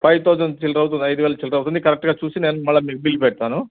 five thousand చిల్లర అవుతుంది ఐదు వేల చిల్లర అవుతుంది కరెక్ట్గా చూసి నేను మరల మీకు బిల్ పెడతాను